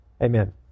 Amen